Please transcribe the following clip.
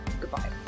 goodbye